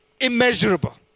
immeasurable